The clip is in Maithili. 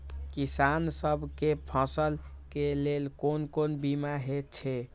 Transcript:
किसान सब के फसल के लेल कोन कोन बीमा हे छे?